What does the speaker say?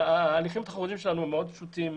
ההליכים התחרותיים שלנו מאוד פשוטים.